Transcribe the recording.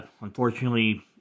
unfortunately